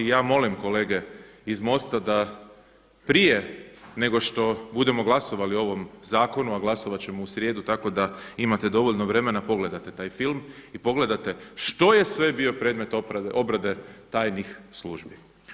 I ja molim kolege iz MOST-a da prije nego što budemo glasovali o ovom zakonu, a glasovat ćemo u srijedu tako da imate dovoljno vremena pogledati taj film i pogledate što je sve bio predmet obrade tajnih službi.